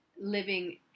living